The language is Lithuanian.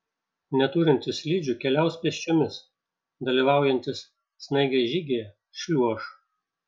neturintys slidžių keliaus pėsčiomis dalyvaujantys snaigės žygyje šliuoš